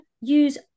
Use